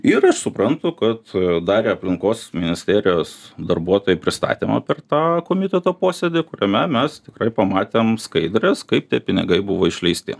ir aš suprantu kad darė aplinkos ministerijos darbuotojai pristatymą per tą komiteto posėdį kuriame mes tikrai pamatėm skaidres kaip tie pinigai buvo išleisti